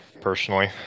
personally